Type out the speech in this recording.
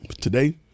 today